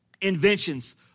inventions